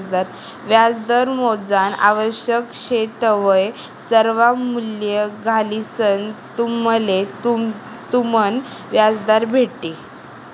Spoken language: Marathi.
व्याजदर मोजानं आवश्यक शे तवय सर्वा मूल्ये घालिसंन तुम्हले तुमनं व्याजदर भेटी